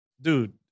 Dude